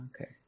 Okay